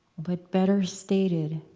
but better stated